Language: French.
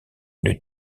une